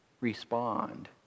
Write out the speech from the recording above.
respond